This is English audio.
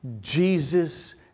Jesus